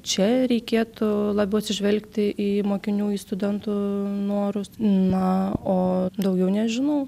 čia reikėtų labiau atsižvelgti į mokinių į studentų norus na o daugiau nežinau